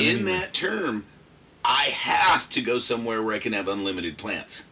in that term i have to go somewhere where i can have unlimited plants